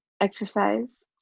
exercise